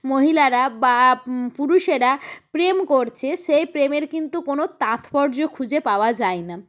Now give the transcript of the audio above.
মহিলারা বা পুরুষেরা প্রেম করছে সেই প্রেমের কিন্তু কোনো তাৎপর্য খুঁজে পাওয়া যায় না